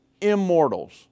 immortals